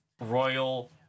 Royal